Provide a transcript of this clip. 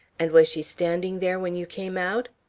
and was she standing there when you came out?